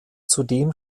zudem